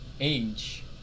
age